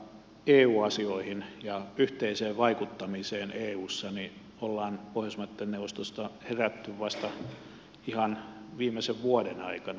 eu asioihin ja yhteiseen vaikuttamiseen eussa ollaan pohjoismaiden neuvostossa herätty vasta ihan viimeisen vuoden aikana